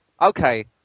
Okay